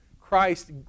Christ